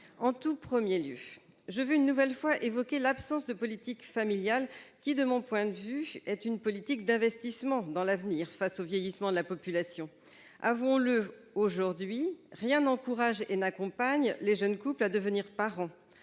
En tout premier lieu, je veux une nouvelle fois évoquer l'absence de politique familiale qui, de mon point de vue, est une politique d'investissement dans l'avenir face au vieillissement de la population. Avouons-le, aujourd'hui, rien n'encourage et n'accompagne les jeunes couples à devenir parents.